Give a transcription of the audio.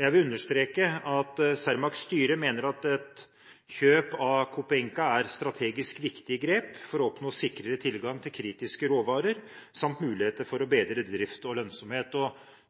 Jeg vil understreke at Cermaqs styre mener at et kjøp av Copeinca er et strategisk viktig grep for å oppnå sikrere tilgang til kritiske råvarer samt muligheter for å bedre drift og lønnsomhet.